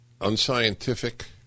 unscientific